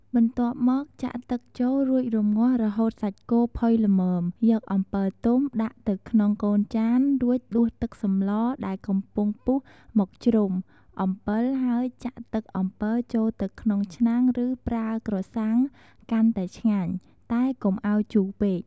បន្ទាប់មកចាក់ទឹកចូលរួចរម្ងាស់រហូតសាច់គោផុយល្មម យកអំពិលទុំដាក់ទៅក្នុងកូនចាន រួចដួសទឹកសម្លដែលកំពុងពុះមកជ្រំ អំពិល ហើយចាក់ទឹកអំពិលចូលទៅក្នុងឆ្នាំងឬប្រើក្រសាំងកាន់តែឆ្ងាញ់ តែកុំឱ្យជូរពេក។